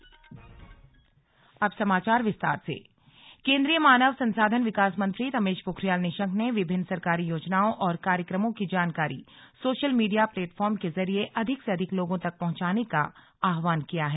अब समाचार विस्तार से स्लग निशंक केंद्रीय मानव संसाधन विकास मंत्री रमेश पोखरियाल निशंक ने विभिन्न सरकारी योजनाओं और कार्यक्रमों की जानकारी सोशल मीडिया प्लेटफॉर्म के जरिए अधिक से अधिक लोगों तक पहुंचाने का आहवान किया है